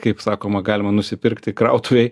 kaip sakoma galima nusipirkti krautuvėj